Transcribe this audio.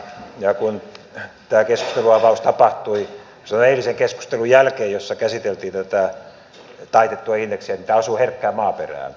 kun tämä keskustelunavaus tapahtui se oli eilisen keskustelun jälkeen jossa käsiteltiin tätä taitettua indeksiä niin tämä osui herkkään maaperään